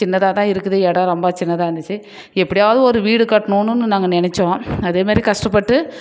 சின்னதாக தான் இருக்குது இடம் ரொம்ப சின்னதாக இருந்துச்சு எப்படியாவுது ஒரு வீடு கட்டணோன்னு நாங்கள் நினச்சோம் அதே மாதிரி கஷ்டப்பட்டு